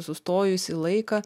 sustojusį laiką